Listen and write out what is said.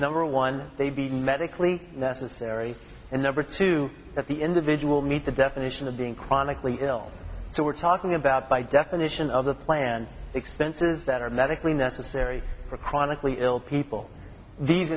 number one they be medically necessary and number two that the individual meet the definition of being chronically ill so we're talking about by definition of the plan expenses that are medically necessary for chronically ill people these